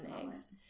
eggs